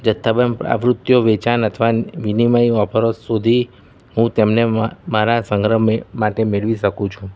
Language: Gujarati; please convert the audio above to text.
જથ્થાબંધ આવૃત્તિઓ વેચાણ અથવા વિનિમય ઓફરો શોધી હું તેમને મારા સંગ્રહ માટે મેળવી શકું છું